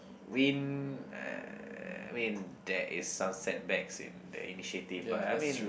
win uh I mean there is some setbacks in the initiative but I mean